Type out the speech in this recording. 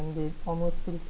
and it almost feels